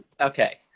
Okay